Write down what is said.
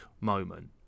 moment